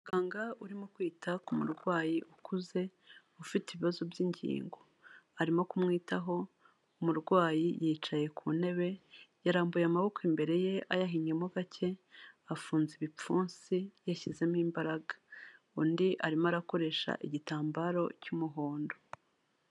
Muganga urimo kwita ku murwayi ukuze ufite ibibazo by'ingingo, arimo kumwitaho umurwayi yicaye ku ntebe yarambuye amaboko imbere ye ayahinnyemo gake, afunze ibipfunsi yashyizemo imbaraga, undi arimo arakoresha igitambaro cy'umuhondo.